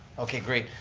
okay, great.